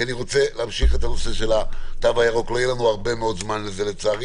אני רוצה להמשיך את הנושא של התו הירוק ולא יהיה לנו הרבה זמן לכך.